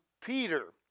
Peter